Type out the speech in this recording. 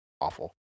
awful